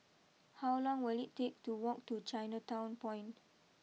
how long will it take to walk to Chinatown Point